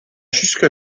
jusque